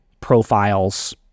Profiles